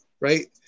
Right